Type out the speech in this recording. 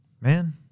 Man